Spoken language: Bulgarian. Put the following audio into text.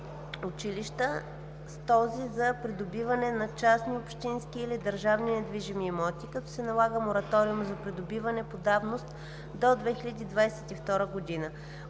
училища, с този за придобиване на частни общински или държавни недвижими имоти, като се налага мораториум за придобиване по давност до 2022 г.